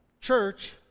church